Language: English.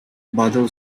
badal